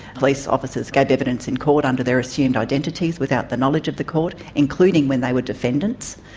police officers gave evidence in court under their assumed identities without the knowledge of the court, including when they were defendants.